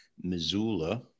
Missoula